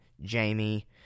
Jamie